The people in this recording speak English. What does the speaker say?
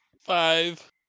Five